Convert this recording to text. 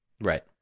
Right